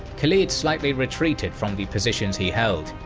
khalid slightly retreated from the positions he held,